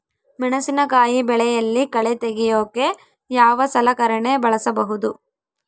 ಮೆಣಸಿನಕಾಯಿ ಬೆಳೆಯಲ್ಲಿ ಕಳೆ ತೆಗಿಯೋಕೆ ಯಾವ ಸಲಕರಣೆ ಬಳಸಬಹುದು?